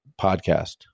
podcast